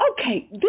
okay